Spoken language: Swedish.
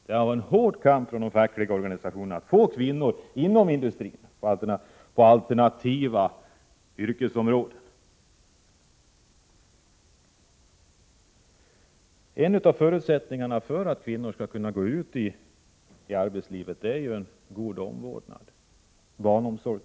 Det har förts en hård kamp av de fackliga organisationerna för att få in kvinnor i industrin på alternativa yrkesområden. En av förutsättningarna för att kvinnor skall kunna gå ut i arbetslivet är en god barnomsorg.